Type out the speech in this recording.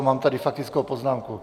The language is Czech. Mám tady faktickou poznámku.